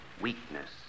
weakness